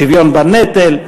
שוויון בנטל,